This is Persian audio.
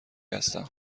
هستم